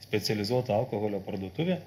specializuota alkoholio parduotuvė